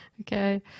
Okay